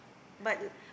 but